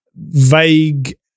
vague